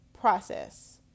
process